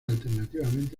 alternativamente